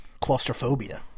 claustrophobia